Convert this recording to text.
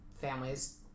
families